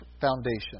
foundation